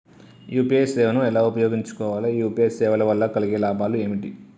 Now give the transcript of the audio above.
UPI సేవను ఎలా ఉపయోగించు కోవాలి? యూ.పీ.ఐ సేవల వల్ల కలిగే లాభాలు ఏమిటి?